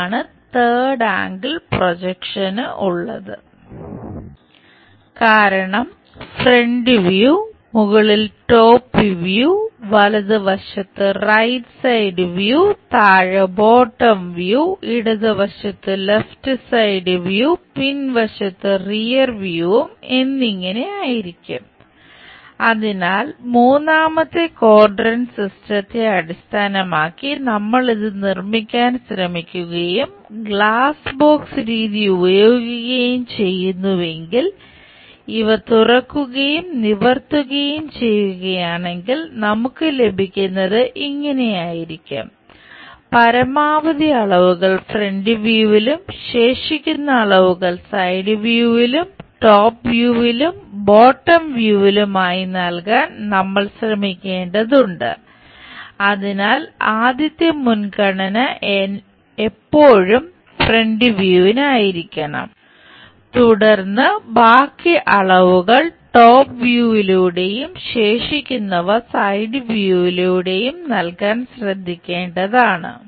ഇതാണ് third angle projection ഉള്ളത് കാരണം ഫ്രന്റ് വ്യൂ മുകളിൽ ടോപ് വ്യൂ വലതുവശത്ത് റൈറ്റ് സൈഡ് വ്യൂ നല്കാൻ ശ്രദ്ധിക്കേണ്ടതാണ്